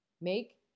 Make